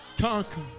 Conquer